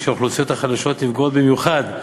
כשהאוכלוסיות החלשות נפגעות במיוחד,